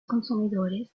consumidores